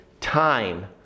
time